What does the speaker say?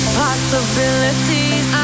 possibilities